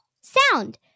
sound